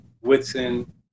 Whitson